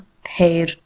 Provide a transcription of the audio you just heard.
hair